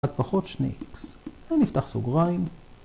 אחד פחות 2 x, נפתח סוגריים.